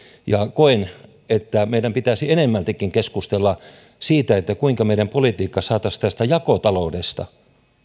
ja koen että meidän pitäisi enemmältikin keskustella siitä kuinka meidän politiikkamme saataisiin tästä jakotaloudesta